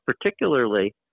particularly